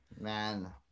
Man